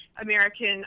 American